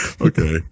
Okay